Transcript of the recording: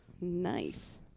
Nice